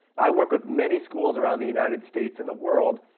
i work with many schools around the united states and the world,